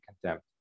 contempt